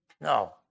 no